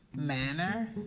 manner